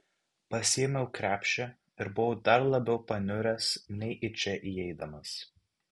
pasiėmiau krepšį ir buvau dar labiau paniuręs nei į čia įeidamas